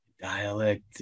dialect